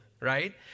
right